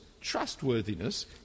trustworthiness